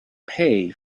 pay